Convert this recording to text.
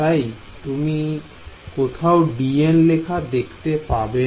তাই তুমি কোথাও dn লেখা দেখতে পাবে না